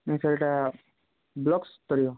sir ସେଇଟା box କରିବ